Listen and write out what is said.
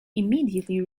immediately